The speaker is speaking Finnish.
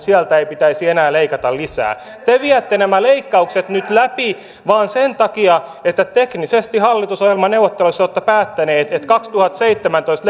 sieltä ei pitäisi enää leikata lisää te viette nämä leikkaukset nyt läpi vain sen takia että teknisesti hallitusohjelmaneuvotteluissa olette päättäneet että kaksituhattaseitsemäntoista